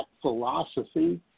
philosophy